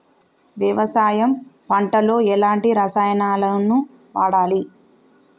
వ్యవసాయం పంట లో ఎలాంటి రసాయనాలను వాడాలి?